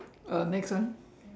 uh next one